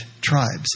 tribes